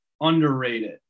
underrated